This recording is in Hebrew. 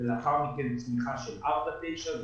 לאחר מכן צמיחה של 4.9,